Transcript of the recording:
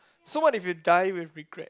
so what if you die with regret